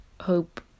hope